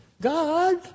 God